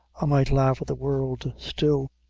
i might laugh at the world still.